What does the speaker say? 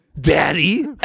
Daddy